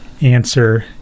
answer